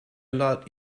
lot